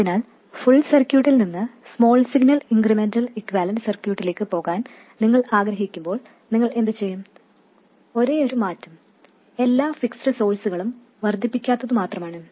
അതിനാൽ ഫുൾ സർക്യൂട്ടിൽ നിന്ന് സ്മോൾ സിഗ്നൽ ഇൻക്രിമെന്റൽ ഇക്യുവാലെൻറ് സർക്യൂട്ടിലേക്ക് പോകാൻ നിങ്ങൾ ആഗ്രഹിക്കുമ്പോൾ നിങ്ങൾ എന്തുചെയ്യും ഒരേയൊരു മാറ്റം എല്ലാ ഫിക്സ്ഡ് സോഴ്സ്കളും വർദ്ധക്കാത്തതു ആണ്